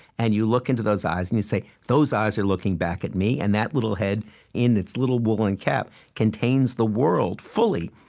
and you look into those eyes, and you say, those eyes are looking back at me, and that little head in its little woolen cap contains the world fully,